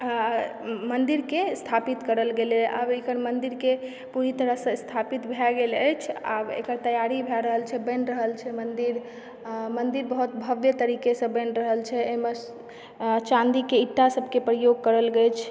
मन्दिरके स्थापित करल गेलय आब अखन मन्दिरके पूरी तरहसँ स्थापित भए गेल अछि आब एकर तैआरी भए रहल छै बनि रहल छै मन्दिर मन्दिर बहुत भव्य तरीकेसँ बनि रहल छै एहिमे चाँदीके ईटा सभके प्रयोग करल गेल अछि